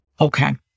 Okay